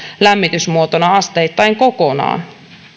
lämmitysmuotona asteittain kokonaan